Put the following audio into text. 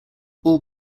all